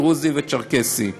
הדרוזי והצ'רקסי.